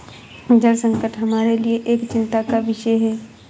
जल संकट हमारे लिए एक चिंता का विषय है